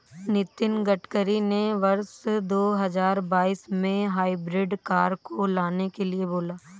नितिन गडकरी ने वर्ष दो हजार बाईस में हाइब्रिड कार को लाने के लिए बोला